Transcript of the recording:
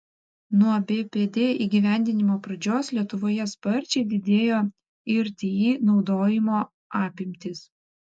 nuo bpd įgyvendinimo pradžios lietuvoje sparčiai didėjo irti naudojimo apimtys